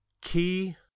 Key